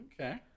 Okay